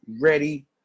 ready